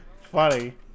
funny